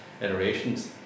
iterations